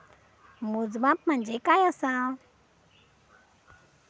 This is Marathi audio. मोजमाप म्हणजे काय असा?